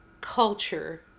culture